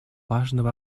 важного